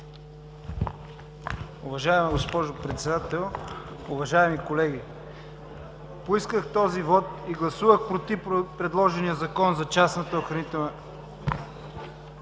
Уважаема госпожо Председател, уважаеми колеги! Поисках този вот и гласувах „против“ предложения Законопроект за частната охранителна